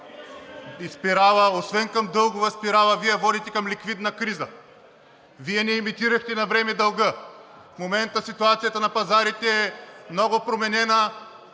държавата. Освен към дългова спирала, Вие я водите към ликвидна криза, Вие не емитирахте навреме дълга. В момента ситуацията на пазарите е много променена,